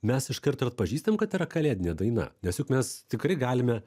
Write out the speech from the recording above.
mes iškart ir atpažįstam kad yra kalėdinė daina nes juk mes tikrai galime